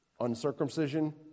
uncircumcision